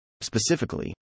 Specifically